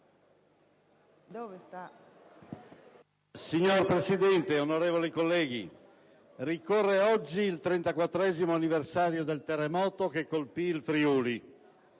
Signora Presidente, onorevoli colleghi, ricorre oggi il 34° anniversario del terremoto che colpì il Friuli.